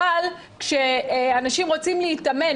אבל כשאנשים רוצים להתאמן,